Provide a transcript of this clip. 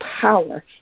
power